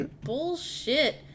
bullshit